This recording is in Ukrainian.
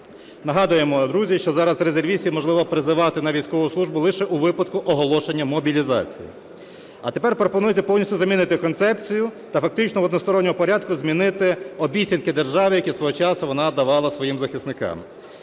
Нагадуємо, друзі, що зараз резервістів можливо призивати на військову службу лише у випадку оголошення мобілізації. А тепер пропонується повністю замінити концепцію та фактично в односторонньому порядку змінити обіцянки держави, які свого часу вона давала своїм захисникам.